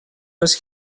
oes